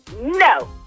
no